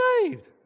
saved